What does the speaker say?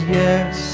yes